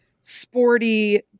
sporty